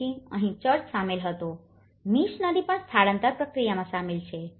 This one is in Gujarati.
તેથી અહીં ચર્ચ સામેલ હતો મિશનરી પણ સ્થળાંતર પ્રક્રિયામાં સામેલ છે